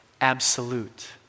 absolute